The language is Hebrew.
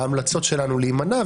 ההמלצות שלנו להימנע.